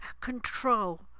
control